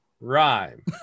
Rhyme